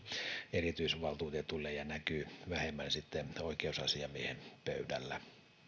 erityisvaltuutetuille ja näkyvät sitten vähemmän oikeusasiamiehen pöydällä